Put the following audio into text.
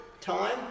time